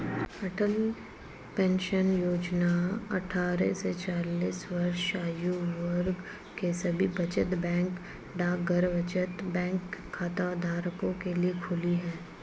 अटल pension योजना अट्ठारह से चालीस वर्ष आयु वर्ग के सभी बचत बैंक डाकघर बचत बैंक खाताधारकों के लिए खुली है